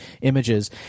images